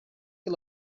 que